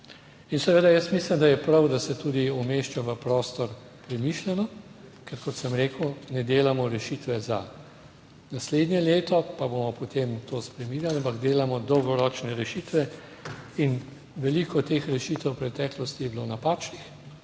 In seveda jaz mislim, da je prav, da se tudi umešča v prostor premišljeno, ker kot sem rekel, ne delamo rešitve za naslednje leto, pa bomo potem to spreminjali, ampak delamo dolgoročne rešitve in veliko teh rešitev v preteklosti je bilo napačnih,